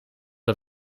een